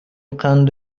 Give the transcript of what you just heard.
قند